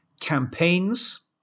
campaigns